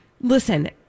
Listen